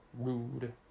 rude